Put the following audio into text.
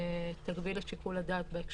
שתגביל את שיקול הדעת של